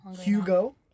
Hugo